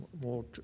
more